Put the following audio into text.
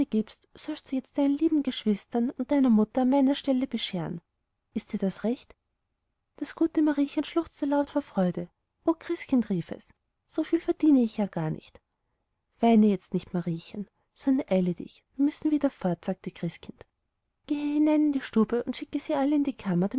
gibst sollst du jetzt deinen lieben geschwistern und deiner mutter an meiner stelle bescheren ist dir das recht das gute mariechen schluchzte laut vor freude o christkind rief es so viel verdiene ich ja gar nicht weine jetzt nicht mariechen sondern eile dich wir müssen wieder fort sagte christkind gehe hinein in die stube und schicke sie alle in die kammer